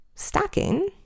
Stacking